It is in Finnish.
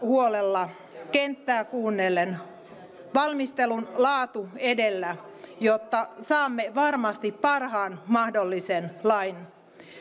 huolella kenttää kuunnellen valmistelun laatu edellä jotta saamme varmasti parhaan mahdollisen lain